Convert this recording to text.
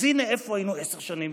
אז הינה, איפה היינו עשר שנים.